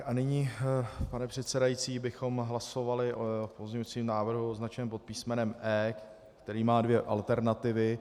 A nyní, pane předsedající, bychom hlasovali o pozměňujícím návrhu označeném pod písmenem E, který má dvě alternativy.